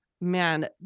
man